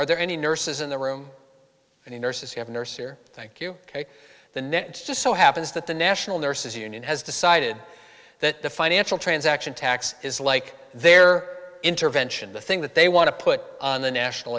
are there any nurses in the room and the nurses have nurses here thank you the net just so happens that the national nurses union has decided that the financial transaction tax is like their intervention the thing that they want to put on the national